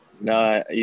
No